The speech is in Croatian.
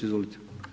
Izvolite.